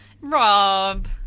Rob